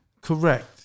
Correct